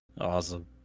Awesome